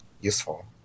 useful